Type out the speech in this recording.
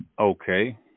Okay